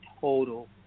total